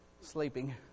sleeping